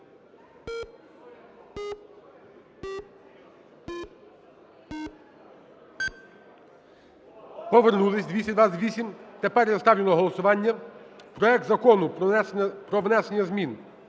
Повернулись: 228. Тепер я ставлю на голосування проект Закону про внесення змін